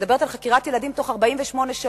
מדברת על חקירת ילדים בתוך 48 שעות,